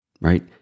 right